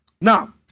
Now